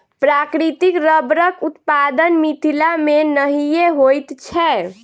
प्राकृतिक रबड़क उत्पादन मिथिला मे नहिये होइत छै